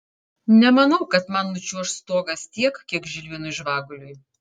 nemanau kad man nučiuoš stogas tiek kiek žilvinui žvaguliui